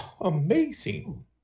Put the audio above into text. Amazing